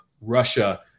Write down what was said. Russia